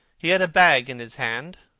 he had a bag in his hand.